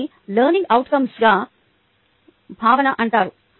దీనినే learning outcomes భావన అంటారు